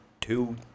two